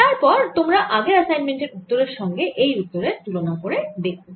তারপর তোমরা আগের অ্যাসাইনমেন্টের উত্তরের সঙ্গে এই উত্তর এর তুলনা করে দেখো